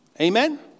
Amen